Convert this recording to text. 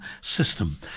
system